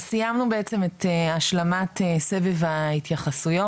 אז סיימנו בעצם את השלמת סבב ההתייחסויות,